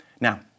Now